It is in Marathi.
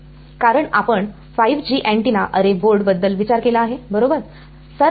कारण आपण 5G अँटीना अरे बोर्ड बद्दल विचार केला आहे बरोबर